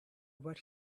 what